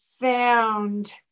found